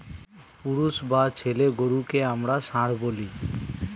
পুরুষ বা ছেলে গরুকে আমরা ষাঁড় বলি